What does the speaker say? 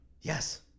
Yes